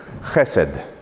Chesed